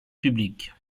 public